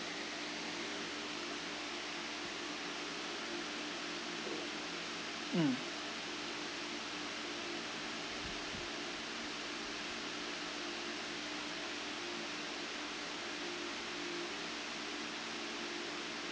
mm